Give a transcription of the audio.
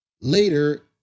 Later